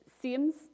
seems